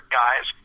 guys